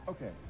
Okay